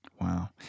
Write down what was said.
Wow